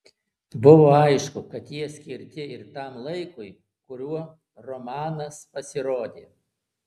buvo aišku kad jie skirti ir tam laikui kuriuo romanas pasirodė